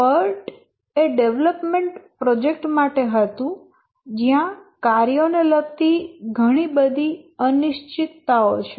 PERT એ development project માટે હતું જ્યાં કાર્યોને લગતી ઘણી અનિશ્ચિતતાઓ છે